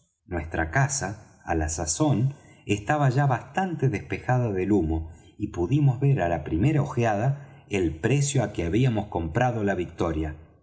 nuestra casa á la sazón estaba ya bastante despejada del humo y pudimos ver á la primera ojeada el precio á que habíamos comprado la victoria